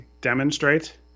demonstrate